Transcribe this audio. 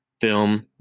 film